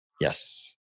Yes